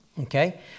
Okay